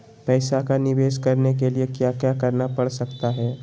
पैसा का निवेस करने के लिए क्या क्या करना पड़ सकता है?